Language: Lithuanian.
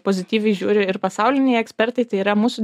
pozityviai žiūri ir pasauliniai ekspertai tai yra mūsų